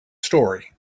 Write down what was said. story